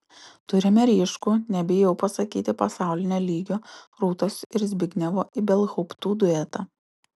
turime ryškų nebijau pasakyti pasaulinio lygio rūtos ir zbignevo ibelhauptų duetą